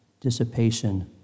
dissipation